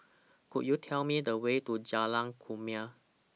Could YOU Tell Me The Way to Jalan Kumia